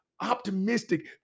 optimistic